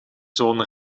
zoon